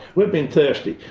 we've been thirsty.